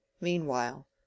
Meanwhile